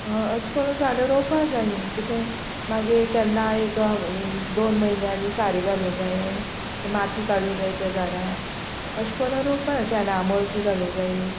अशें करून झाडां रोवपा जायी कितें मागीर केन्ना एक दोन म्हयन्यांनी सारी घालूं जाये माती काडूं जायी त्या झाडां अशें करून रोवपा जाये शेणा मळपी घालूं जायी